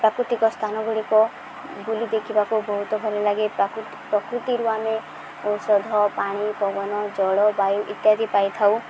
ପ୍ରାକୃତିକ ସ୍ଥାନ ଗୁଡ଼ିକ ବୋଲି ଦେଖିବାକୁ ବହୁତ ଭଲଲାଗେ ପ୍ରାକୃ ପ୍ରକୃତିରୁ ଆମେ ଔଷଧ ପାଣି ପବନ ଜଳବାୟୁ ଇତ୍ୟାଦି ପାଇଥାଉ